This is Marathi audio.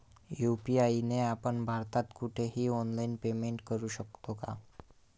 यू.पी.आय ने आपण भारतात कुठेही ऑनलाईन पेमेंट करु शकतो का?